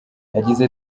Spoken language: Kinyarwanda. yagize